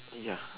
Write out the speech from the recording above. ya